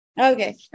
Okay